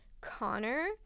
Connor